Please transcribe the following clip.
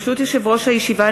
ברשות יושב-ראש הישיבה,